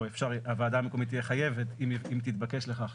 או הוועדה המקומית תהיה חייבת אם היא תתבקש לכך,